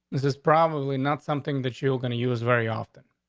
this is probably not something that you're going to use very often.